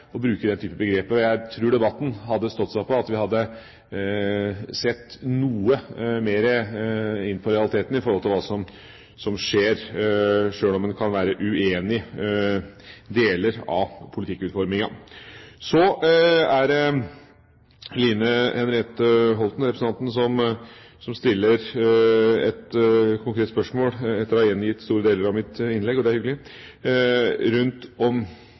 bruke den type begrep. Jeg tror debatten hadde stått seg på at vi hadde sett noe mer på realitetene og hva som skjer, sjøl om en kan være uenig i deler av politikkutforminga. Så er det representanten Line Henriette Hjemdal som etter å ha gjengitt store deler av mitt innlegg – det er hyggelig – stilte et konkret spørsmål om